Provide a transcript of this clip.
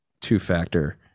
two-factor